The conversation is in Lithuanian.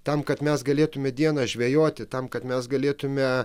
tam kad mes galėtume dieną žvejoti tam kad mes galėtume